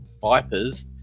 Vipers